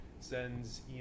sends